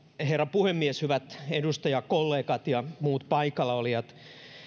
herra puhemies hyvät edustajakollegat ja muut paikallaolijat